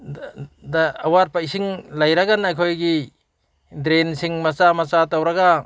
ꯑꯋꯥꯠꯄ ꯏꯁꯤꯡ ꯂꯩꯔꯒꯅ ꯑꯩꯈꯣꯏꯒꯤ ꯗ꯭ꯔꯦꯟꯁꯤꯡ ꯃꯆꯥ ꯃꯆꯥ ꯇꯧꯔꯒ